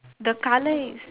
the colour is